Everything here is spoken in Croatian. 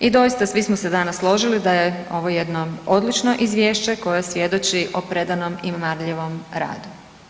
I doista, svi smo se danas složili da je ovo jedno odlično Izvješće, koje svjedoči o predanom i marljivom radu.